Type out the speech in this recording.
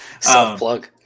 Self-plug